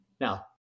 Now